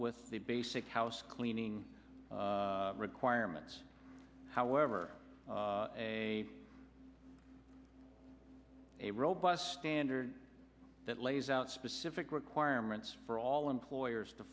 with the basic house cleaning requirements however a a robust standard that lays out specific requirements for all employers to